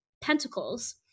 pentacles